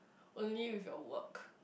only with your work